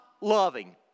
loving